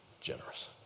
generous